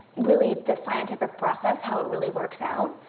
really, the scientific process, how it really works out.